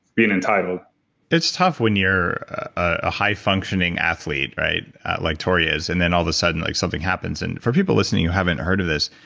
being entitled it's tough when you're a high functioning athlete like tori is and then all the sudden like something happens. and for people listening who haven't heard of this,